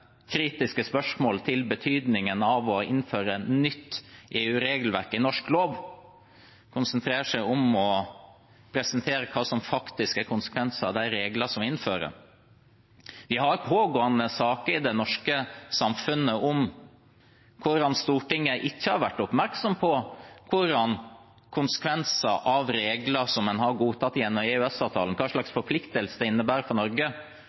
kritiske spørsmål til betydningen av å innføre nytt EU-regelverk i norsk lov – bør konsentrere seg om å presentere det som faktisk er konsekvenser av de reglene som innføres. Vi har pågående saker i det norske samfunnet om hvordan Stortinget ikke har vært oppmerksom på konsekvenser av regler som en har godtatt gjennom EØS-avtalen, hva slags forpliktelser det innebærer for Norge,